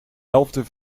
elfde